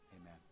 Amen